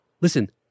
Listen